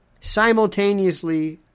simultaneously